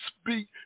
speak